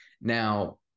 Now